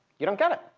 you don't get it.